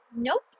nope